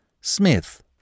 Smith